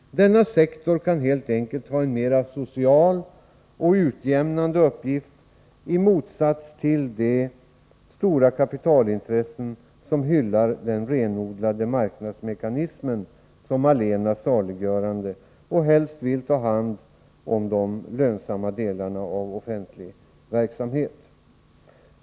Denna sektor kan helt enkelt i viss mån ha en social och utjämnande uppgift, i motsats till de stora kapitalintressen som anser den renodlade marknadsmekanismen allena saliggörande och helst vill ta hand om de lönsamma delarna av offentlig verksamhet.